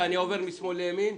אני עובר משמאל לימין.